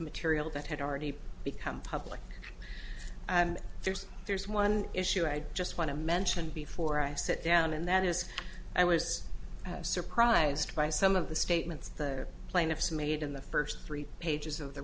material that had already become public and there's there's one issue i just want to mention before i sit down and that is i was surprised by some of the statements their plaintiffs made in the first three pages of the